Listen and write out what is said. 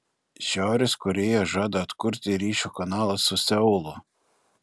šiaurės korėja žada atkurti ryšio kanalą su seulu